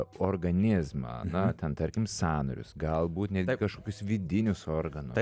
organizmą na ten tarkim sąnarius galbūt netgi kažkokius vidinius organus